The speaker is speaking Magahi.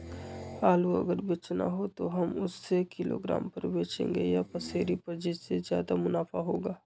आलू अगर बेचना हो तो हम उससे किलोग्राम पर बचेंगे या पसेरी पर जिससे ज्यादा मुनाफा होगा?